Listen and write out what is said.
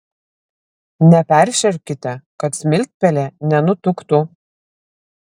neperšerkite kad smiltpelė nenutuktų